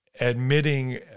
Admitting